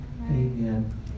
Amen